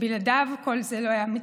שבלעדיו כל זה לא היה מתאפשר.